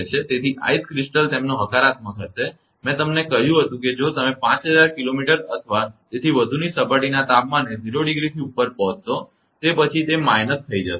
તેથી ice crystal તેમનો હકારાત્મક હશે મેં તમને કહ્યું હતું કે જો તમે 5000 કિલોમીટર અથવા તેથી વધુની સપાટીના તાપમાને 0 ડિગ્રીથી ઉપર પહોંચશો અને તે પછી તે માઇનસ થઈ જશે